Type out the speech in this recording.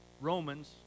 Romans